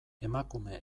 emakume